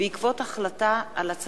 החלטת ועדת האתיקה בעניין